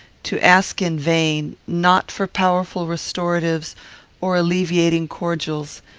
to ask in vain, not for powerful restoratives or alleviating cordials,